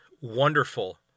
wonderful